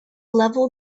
level